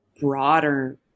broader